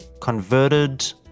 converted